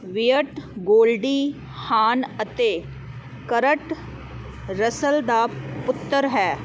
Wyatt Goldie Hawn ਅਤੇ Kurt Russell ਦਾ ਪੁੱਤਰ ਹੈ